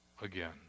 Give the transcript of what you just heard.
again